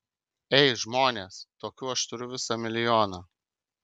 ei žmonės tokių aš turiu visą milijoną